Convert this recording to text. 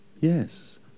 yes